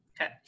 Okay